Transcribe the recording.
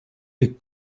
les